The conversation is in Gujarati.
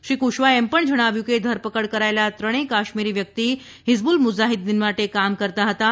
શ્રી કુશવાહે એમ પણ જણાવ્યું કે ધરપકડ કરાયેલાં ત્રણેય કાશ્મીરી વ્યક્તિ હિજબુલ મુજાહિદ્દીન માટે કામ કરતાં હતાં